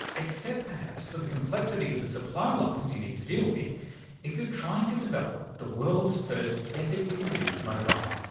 except perhaps for the complexity of the supply lines you need to deal with if you're trying to develop the world's first ethically-produced mobile.